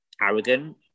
arrogant